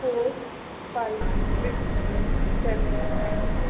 four five six seven nine